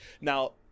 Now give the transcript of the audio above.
Now